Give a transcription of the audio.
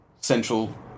central